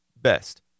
best